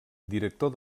director